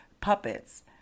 puppets